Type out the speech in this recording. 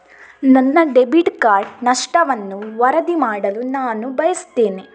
ನನ್ನ debit card ನಷ್ಟವನ್ನು ವರದಿ ಮಾಡಲು ನಾನು ಬಯಸ್ತೆನೆ